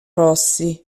rossi